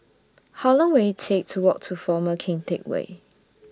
How Long Will IT Take to Walk to Former Keng Teck Whay